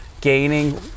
Gaining